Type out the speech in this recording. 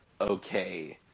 okay